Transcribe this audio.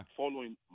following